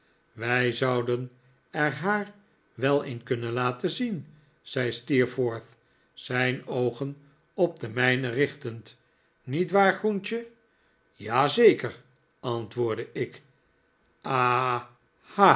wij zouden er haar wel een kunnen laten zien zei steerforth zijn oogen op de mijne richtend niet waar groentje ja zeker antwoordde ik a